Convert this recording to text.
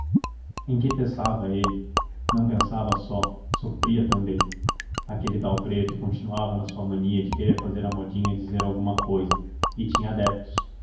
em que pensava ele não pensava só sofria também aquele tal preto continuava na sua mania de querer fazer a modinha dizer alguma cousa e tinha adeptos